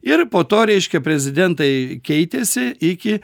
ir po to reiškia prezidentai keitėsi iki